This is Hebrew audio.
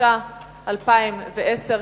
התש"ע 2010,